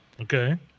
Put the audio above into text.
Okay